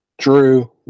Drew